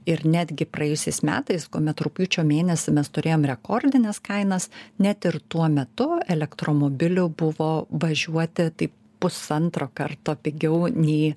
ir netgi praėjusiais metais kuomet rugpjūčio mėnesį mes turėjom rekordines kainas net ir tuo metu elektromobiliu buvo važiuoti taip pusantro karto pigiau nei